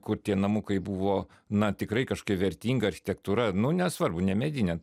kur tie namukai buvo na tikrai kažkokia vertinga architektūra nu nesvarbu ne medinė